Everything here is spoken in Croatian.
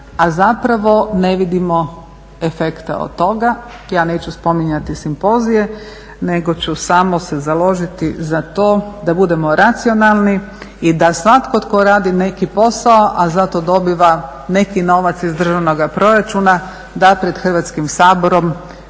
a zapravo ne vidimo efekte od toga. Ja neću spominjati simpozije nego ću samo se založiti za to da budemo racionalni i da svatko tko radi neki posao sa za to dobiva neki novac iz državnoga proračuna da pred Hrvatskim saborom